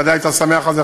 בוודאי אתה שמח על זה,